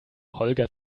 holger